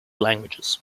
languages